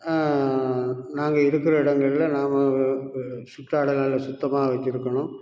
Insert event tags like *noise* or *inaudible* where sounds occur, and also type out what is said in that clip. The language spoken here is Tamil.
நாங்கள் இருக்கிற இடங்களில் நாம் *unintelligible* இடங்கள சுத்தமாக வச்சுருக்கணும்